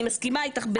אני מסכימה איתך בזה.